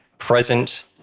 present